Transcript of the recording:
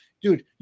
Dude